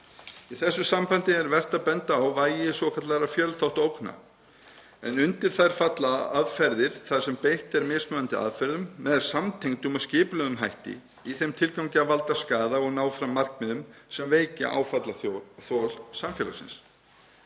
Í þessu sambandi er vert að benda á vægi svokallaðra fjölþáttaógna, en undir þær falla aðgerðir þar sem beitt er mismunandi aðferðum með samtengdum og skipulögðum hætti í þeim tilgangi að valda skaða og ná fram markmiðum sem veikja áfallaþol samfélagsins.